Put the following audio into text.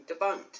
debunked